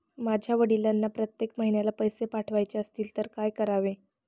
माझ्या वडिलांना प्रत्येक महिन्याला पैसे पाठवायचे असतील तर काय करावे?